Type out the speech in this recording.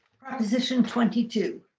proposition twenty two